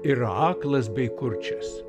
yra aklas bei kurčias